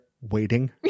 waiting